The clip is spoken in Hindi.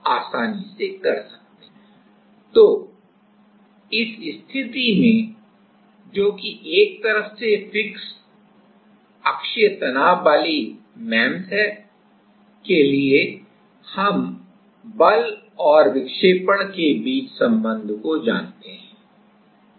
तो अब इस स्थिति जो कि एक तरफ से फिक्स अक्षीय तनाव वाली एमईएमएस है के लिए हम बल विक्षेपण संबंध को जानते हैं